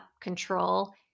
control